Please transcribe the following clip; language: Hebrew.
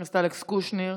חבר הכנסת אלכס קושניר,